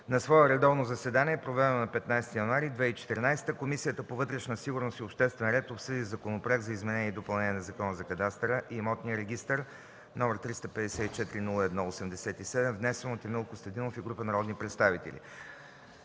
На свое редовно заседание, проведено на 15 януари 2014 г., Комисията по вътрешна сигурност и обществен ред обсъди Законопроект за изменение и допълнение на Закона за кадастъра и имотния регистър № 354-01-87, внесен от Емил Костадинов и група народни представители.